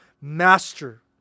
master